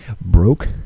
broke